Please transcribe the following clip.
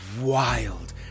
wild